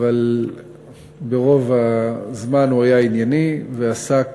אבל ברוב הזמן הוא היה ענייני, ועסק